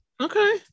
Okay